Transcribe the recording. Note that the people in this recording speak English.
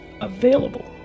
available